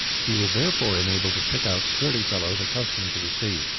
he was therefore enabled to pick out sturdy fellows accustomed to the sea.